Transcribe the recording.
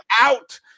out